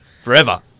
Forever